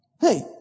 Hey